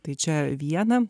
tai čia viena